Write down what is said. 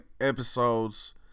episodes